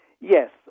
Yes